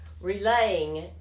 relaying